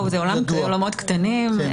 זה אולמות קטנים,